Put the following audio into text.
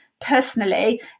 personally